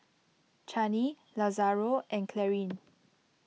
Chanie Lazaro and Clarine